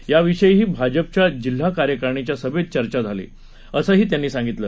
त्या विषयीही भाजपच्या जिल्हा कार्यकारिणीच्या सभेत चर्चा झाली असंही त्यांनी सांगितलं